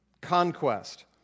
conquest